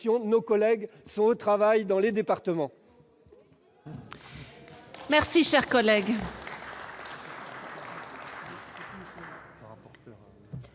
collègues sont au travail dans leur département